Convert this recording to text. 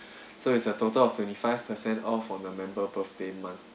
so it's a total of twenty-five per cent off on a member birthday month